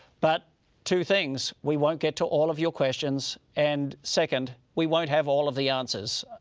but two things, we won't get to all of your questions. and second, we won't have all of the answers.